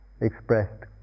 expressed